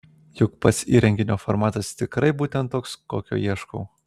juk pats įrenginio formatas tikrai būtent toks kokio ieškau